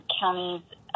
counties